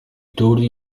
turni